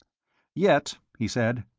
yet, he said,